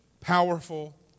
powerful